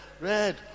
Red